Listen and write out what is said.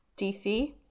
DC